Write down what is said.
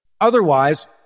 Otherwise